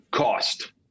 Cost